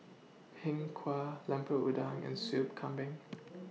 Png Kueh Lemper Udang and Soup Kambing